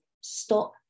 stop